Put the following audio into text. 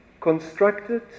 constructed